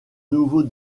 nouveau